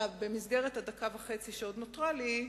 במסגרת הדקה וחצי שנותרה לי,